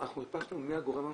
אנחנו חיפשנו מי הגורם המפקח.